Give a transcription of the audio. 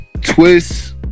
Twist